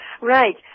Right